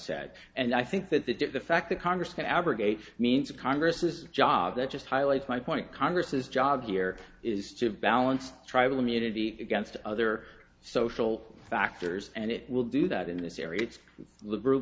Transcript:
said and i think that the the fact that congress can abrogate means of congress's job that just highlights my point congress's job here is to balance tribal immunity against other social factors and it will do that in this area it's liberal